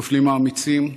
נופלים האמיצים,